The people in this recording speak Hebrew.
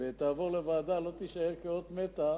ותעבור לוועדה, לא תישאר כאות מתה,